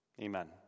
Amen